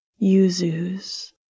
yuzu's